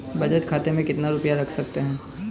बचत खाते में कितना रुपया रख सकते हैं?